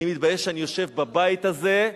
אני מתבייש שאני יושב בבית הזה,